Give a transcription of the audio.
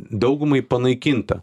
daugumai panaikinta